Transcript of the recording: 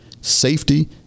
safety